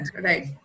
right